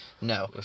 No